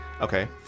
Okay